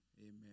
amen